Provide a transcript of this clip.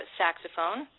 saxophone